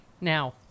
Now